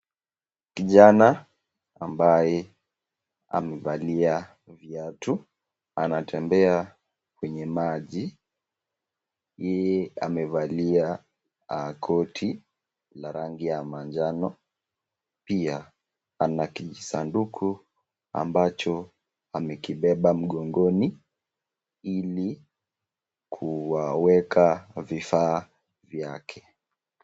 Kijana ambaye amevalia viatu anatembea kwenye maji. Yeye amevalia koti la rangi ya manjano pia ana kisanduku ambacho amekibeba mgongoni ili kuwaweka vifaa vyake.